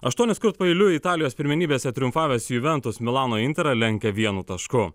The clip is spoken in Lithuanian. aštuoniskart paeiliui italijos pirmenybėse triumfavęs juventus milano interą lenkia vienu tašku